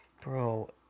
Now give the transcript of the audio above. Bro